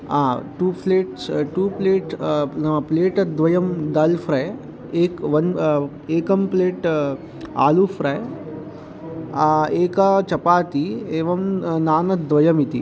आ two plates two plate नाम plate द्वयं दाल् फ्रै़ एकं वन् एकं प्लेट् आलुकं फ़्रै एका चपाति एवं नानद्वयम् इति